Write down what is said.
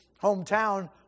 hometown